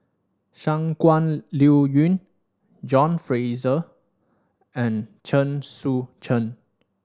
Shangguan Liuyun John Fraser and Chen Sucheng